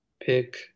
pick